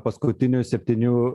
paskutinių septynių